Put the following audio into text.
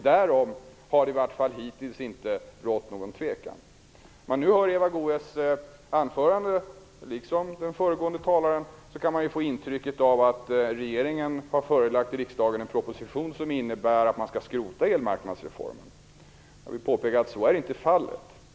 Därom har det hittills inte rått något tvivel. Men av Eva Goës och den föregående talarens anföranden kan man få intrycket av att regeringen har förelagt riksdagen en proposition som innebär att elmarknadsreformen skall skrotas. Jag vill påpeka att så är inte fallet.